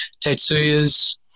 Tetsuya's